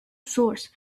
source